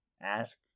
ask